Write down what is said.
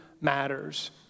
matters